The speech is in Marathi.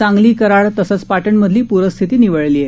सांगली कराड तसंच पाटण मधली पूरस्थिती निवळली आहे